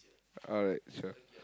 alright sure